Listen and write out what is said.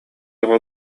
оҕо